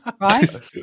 right